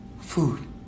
food